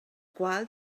qual